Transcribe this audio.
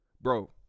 Bro